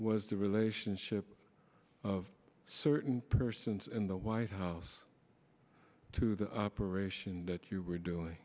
was the relationship of certain persons in the white house to the operation that you were doing